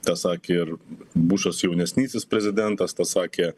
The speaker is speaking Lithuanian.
tą sakė ir bušas jaunesnysis prezidentas tą sakė